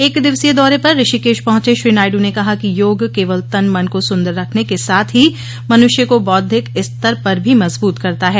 एक दिवसीय दौरे पर ऋषिकेश पहंचे श्री नायडू ने कहा कि योग केवल तन मन को सुंदर रखने के साथ ही मनुष्य को बौद्धिक स्तर पर भी मजबूत करता है